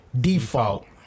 default